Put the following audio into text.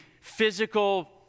physical